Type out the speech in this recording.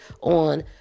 on